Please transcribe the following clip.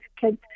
kids